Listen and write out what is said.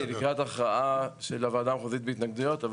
היא לקראת הכרעה של הוועדה המחוזית בהתנגדויות.